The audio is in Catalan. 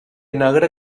negra